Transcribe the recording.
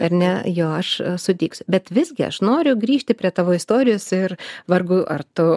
ar ne jo aš sutiksiu bet visgi aš noriu grįžti prie tavo istorijos ir vargu ar tu